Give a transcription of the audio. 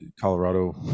Colorado